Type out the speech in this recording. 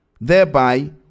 thereby